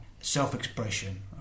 self-expression